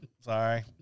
Sorry